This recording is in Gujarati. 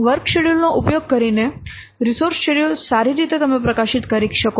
વર્ક શેડ્યૂલ નો ઉપયોગ કરીને રિસોર્સ શેડ્યૂલ સારી રીતે તમે પ્રકાશિત કરી શકો છો